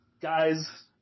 Guys